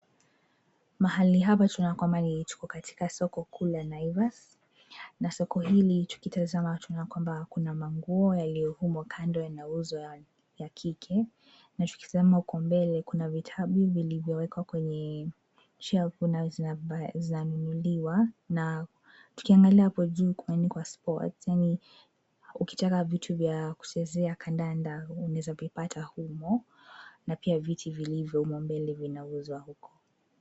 Mahali hapa tunaona kwamba tuko katika soko kuu la Naivas. Na soko hili tukitazama tunaona kwamba kuna manguo yaliyo humo kando yanauzwa ya kike. Tukitazama huko mbele kuna vitabibi viliyowekwa kwenye shelfu zinanunuliwa na tukiangalia hapo juu kumeandikwa sports yaani ukitaka vitu vya kuchezea kandanda unaweza vipata humo na pia viti vilivyo mbele vinauzwa huko.